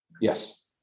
Yes